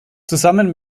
zusammen